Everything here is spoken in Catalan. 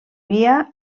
via